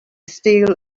steel